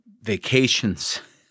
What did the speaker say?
vacations